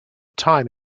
time